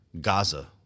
Gaza